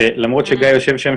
למרות שגיא יושב שם,